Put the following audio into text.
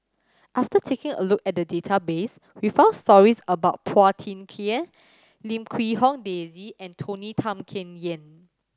after taking a look at the database we found stories about Phua Thin Kiay Lim Quee Hong Daisy and Tony Tan Keng Yam